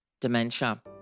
dementia